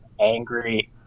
angry